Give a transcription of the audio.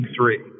three